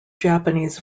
japanese